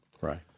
Right